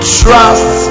trust